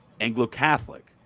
Anglo-Catholic